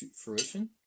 fruition